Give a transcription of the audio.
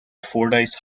fordyce